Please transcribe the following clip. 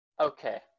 Okay